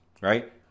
Right